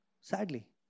Sadly